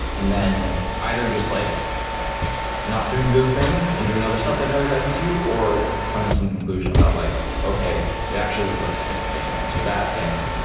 and then either just like not doing those things and doing other stuff that energizes you, or coming to some conclusion about like okay, it actually was like this thing, and so that thing,